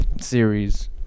series